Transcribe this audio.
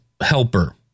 helper